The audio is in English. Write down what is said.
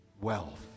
wealth